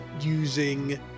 using